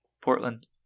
Portland